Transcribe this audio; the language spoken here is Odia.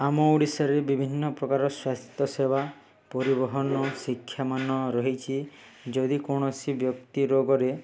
ଆମ ଓଡ଼ିଶାରେ ବିଭିନ୍ନ ପ୍ରକାର ସ୍ୱାସ୍ଥ୍ୟ ସେବା ପରିବହନ ଶିକ୍ଷାମାନ ରହିଛି ଯଦି କୌଣସି ବ୍ୟକ୍ତି ରୋଗରେ